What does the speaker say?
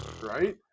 Right